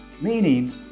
meaning